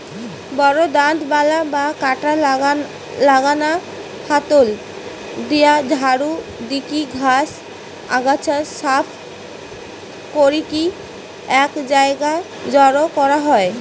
বড় দাঁতবালা বা কাঁটা লাগানা হাতল দিয়া ঝাড়ু দিকি ঘাস, আগাছা সাফ করিকি এক জায়গায় জড়ো করা হয়